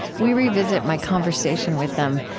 we revisit my conversation with them,